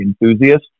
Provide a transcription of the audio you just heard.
enthusiast